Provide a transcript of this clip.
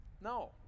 No